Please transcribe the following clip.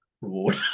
reward